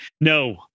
No